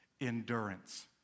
endurance